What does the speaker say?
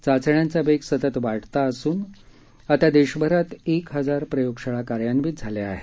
चाचण्यांचा वेग सतत वाढता असून आता देशभरात एक हजार प्रयोगशाळा कार्यान्वित झाल्या आहेत